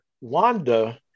Wanda